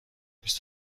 بیست